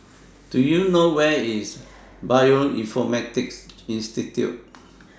Do YOU know Where IS Bioinformatics Institute